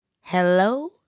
Hello